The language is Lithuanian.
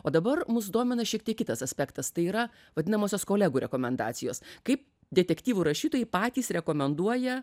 o dabar mus domina šiek tiek kitas aspektas tai yra vadinamosios kolegų rekomendacijos kaip detektyvų rašytojai patys rekomenduoja